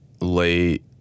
late